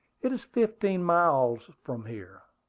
it is fifteen miles from here.